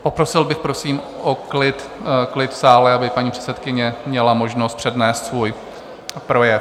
Poprosil bych, prosím, o klid v sále, aby paní předsedkyně měla možnost přednést svůj projev.